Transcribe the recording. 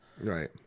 Right